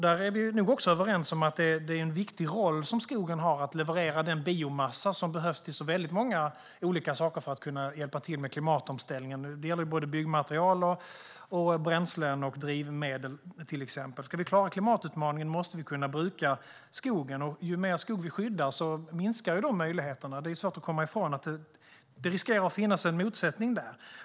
Där är vi nog också överens om att skogen har en viktig roll i att leverera den biomassa som behövs till väldigt många olika saker för att hjälpa till med klimatomställningen. Det gäller såväl byggmaterial som bränslen och drivmedel, till exempel. Ska vi klara klimatutmaningen måste vi kunna bruka skogen, och ju mer skog vi skyddar desto mer minskar möjligheterna. Det är svårt att komma ifrån att det riskerar att finnas en motsättning där.